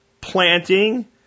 planting